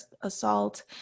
assault